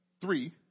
three